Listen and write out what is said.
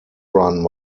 run